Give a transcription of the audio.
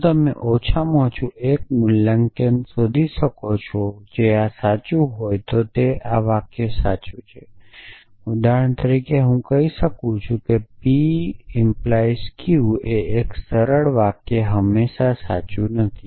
જો તમે ઓછામાં ઓછું એક મૂલ્યાંકન શોધી શકો છો જે આ સાચું હોય તો તે વાક્ય સાચું છે ઉદાહરણ તરીકે હું કહી શકું છું કે p 🡪 q એ એક સરળ વાક્ય હંમેશાં સાચું નથી